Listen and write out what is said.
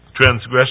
transgression